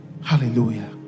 Hallelujah